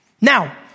Now